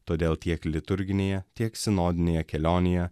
todėl tiek liturginėje tiek sinodinėje kelionėje